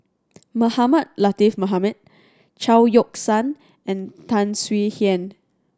Mohamed Latiff Mohamed Chao Yoke San and Tan Swie Hian